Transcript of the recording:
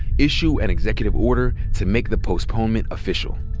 issue an executive order to make the postponement official.